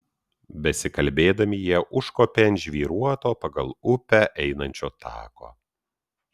besikalbėdami jie užkopė ant žvyruoto pagal upę einančio tako